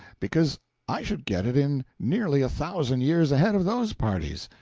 because i should get it in nearly a thousand years ahead of those parties.